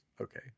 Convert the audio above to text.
okay